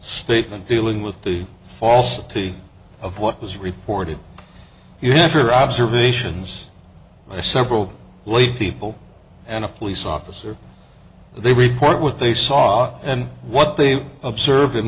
statement dealing with the falsity of what was reported you have your observations several laypeople and a police officer they report what they saw and what they observed and